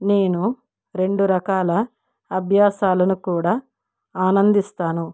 నేను రెండు రకాల అభ్యాసాలను కూడా ఆనందిస్తాను